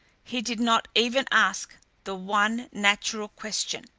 he did not even ask the one natural question.